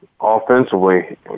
offensively